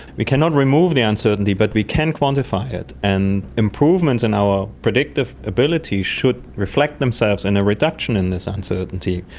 we cannot remove the uncertainty but we can quantify it. and improvements in our predictive ability should reflect themselves in a reduction in this uncertainty,